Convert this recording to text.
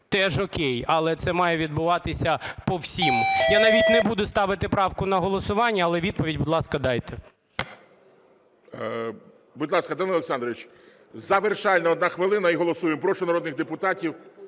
теж окей, але це має відбуватися по всім. Я навіть не буду ставити правку на голосування, але відповідь, будь ласка, дайте. ГОЛОВУЮЧИЙ. Будь ласка, Данило Олександрович, завершальна 1 хвилина, і голосуємо. Прошу народних депутатів…